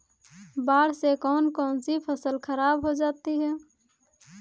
बाढ़ से कौन कौन सी फसल खराब हो जाती है?